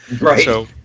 Right